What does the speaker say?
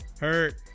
hurt